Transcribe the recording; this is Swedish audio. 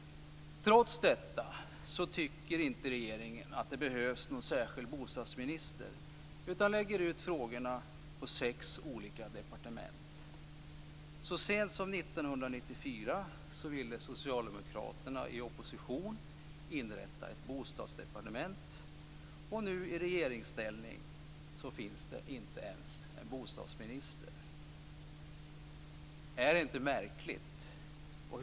Trots detta tycker regeringen inte att det behövs någon särskild bostadsminister utan lägger ut frågorna på sex olika departement. Så sent som 1994 ville socialdemokraterna i opposition inrätta ett bostadsdepartement. Nu när de är i regeringsställning finns det inte ens en bostadsminister. Är detta inte märkligt?